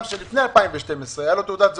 שלפני 2012 הייתה לו תעודת זהות,